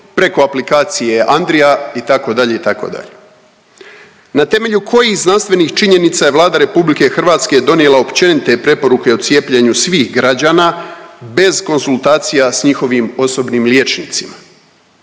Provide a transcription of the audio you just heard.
preko aplikacije Andrija itd., itd. Na temelju kojih znanstvenih činjenica je Vlada RH donijela općenite preporuke o cijepljenju svih građana bez konzultacija ljudi sa svojim osobnim liječnicima?